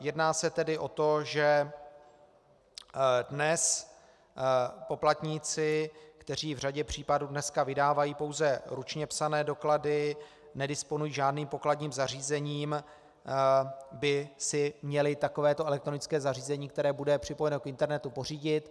Jedná se tedy o to, že poplatníci, kteří v řadě případů dneska vydávají pouze ručně psané doklady, nedisponují žádným pokladním zařízením, by si měli takovéto elektronické zařízení, které bude připojeno k internetu, pořídit.